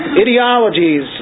Ideologies